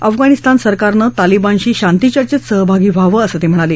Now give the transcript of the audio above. अफगाणिस्तान सरकारनं तालिबानशी शांती चचेंत सहभागी व्हावं असं ते म्हणाले